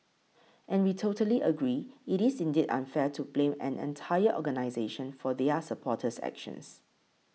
and we totally agree it is indeed unfair to blame an entire organisation for their supporters actions